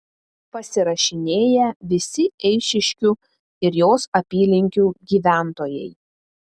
pasirašinėja visi eišiškių ir jos apylinkių gyventojai